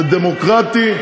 זה דמוקרטי,